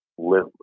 Live